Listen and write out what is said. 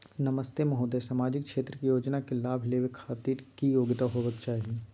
नमस्ते महोदय, सामाजिक क्षेत्र के योजना के लाभ लेबै के खातिर की योग्यता होबाक चाही?